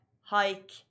hike